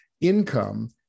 income